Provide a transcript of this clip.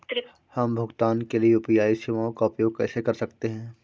हम भुगतान के लिए यू.पी.आई सेवाओं का उपयोग कैसे कर सकते हैं?